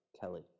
Kelly